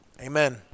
Amen